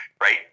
Right